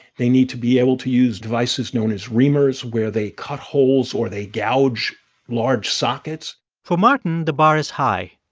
they need to be able to use devices known as reamers where they cut holes or they gouge large sockets for martin, the bar is high.